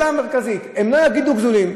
והשאלה המרכזית: הם לא יגידו גזולים?